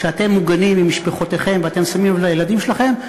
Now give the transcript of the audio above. כשאתם מוגנים עם משפחותיכם ואתם שמים לב לילדים שלכם,